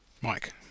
Mike